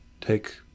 take